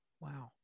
Wow